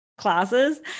classes